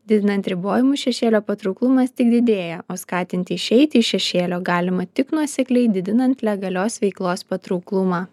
didinant ribojimus šešėlio patrauklumas tik didėja o skatinti išeiti iš šešėlio galima tik nuosekliai didinant legalios veiklos patrauklumą